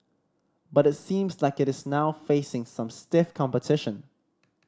but it seems like it is now facing some stiff competition